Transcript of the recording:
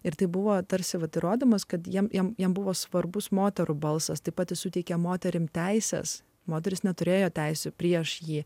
ir tai buvo tarsi vat įrodymas kad jiems jiems jam buvo svarbus moterų balsas taip pat suteikia moterims teises moteris neturėjo teisių prieš jį